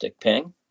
ping